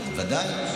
ודאי.